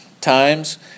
times